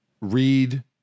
read